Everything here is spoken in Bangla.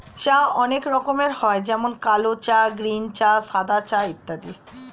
চা অনেক রকমের হয় যেমন কালো চা, গ্রীন চা, সাদা চা ইত্যাদি